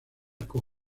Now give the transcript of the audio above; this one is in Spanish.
con